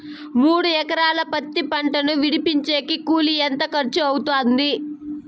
మూడు ఎకరాలు పత్తి పంటను విడిపించేకి కూలి ఎంత ఖర్చు అవుతుంది?